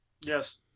Yes